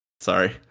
Sorry